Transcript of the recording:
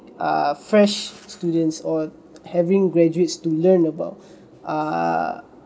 uh fresh students or having graduates to learn about err